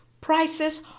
prices